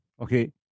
Okay